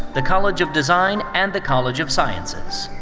the college of design, and the college of sciences.